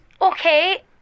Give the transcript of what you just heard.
Okay